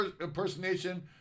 impersonation